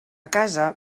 casa